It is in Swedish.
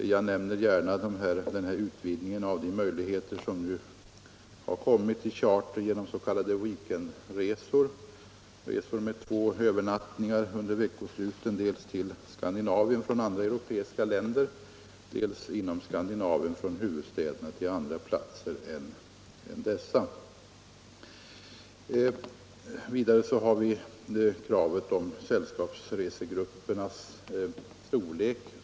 Likaså vill jag nämna utvidgningen av möjligheterna till charter med s.k. weekendresor med två övernattningar över veckosluten, dels till Skandinavien från andra europeiska länder, dels från huvudstäderna i Skandinavien till olika platser i våra grannländer. Jag vill också nämna kravet på en ändring av sällskapsresegruppernas storlek.